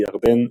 ירדן,